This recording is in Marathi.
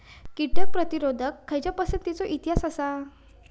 कीटक प्रतिरोधक खयच्या पसंतीचो इतिहास आसा?